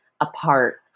apart